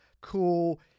cool